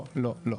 לא, לא.